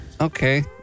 Okay